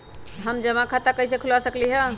हम जमा खाता कइसे खुलवा सकली ह?